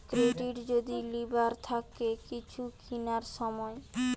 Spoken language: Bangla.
ক্রেডিট যদি লিবার থাকে কিছু কিনার সময়